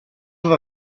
with